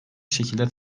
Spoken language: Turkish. şekilde